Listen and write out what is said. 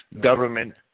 government